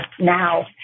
now